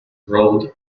road